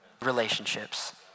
relationships